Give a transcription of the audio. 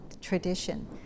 tradition